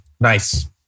nice